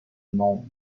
monts